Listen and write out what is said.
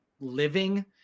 living